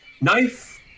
knife